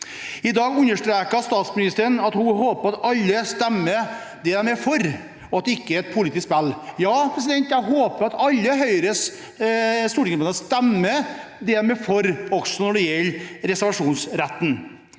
I dag understreket statsministeren at hun håper at alle stemmer for det de er for, og at det ikke er et politisk spill. Ja, jeg håper at alle Høyres stortingsrepresentanter stemmer for det de er for – også når det gjelder reservasjonsretten.